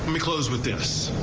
we close with this.